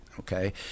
Okay